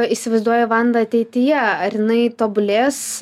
įsivaizduoji vandą ateityje ar jinai tobulės